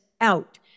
out